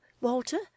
Walter